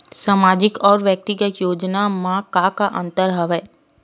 सामाजिक अउ व्यक्तिगत योजना म का का अंतर हवय?